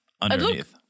underneath